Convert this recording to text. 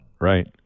Right